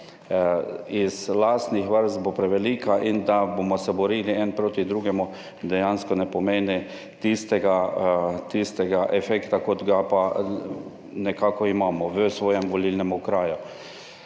iz lastnih vrst bo prevelika in da bomo se borili en proti drugemu dejansko ne pomeni tistega efekta kot ga pa nekako imamo v svojem volilnem okraju.